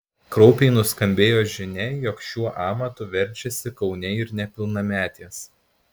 kraupiai nuskambėjo žinia jog šiuo amatu verčiasi kaune ir nepilnametės